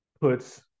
puts